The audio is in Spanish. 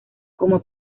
como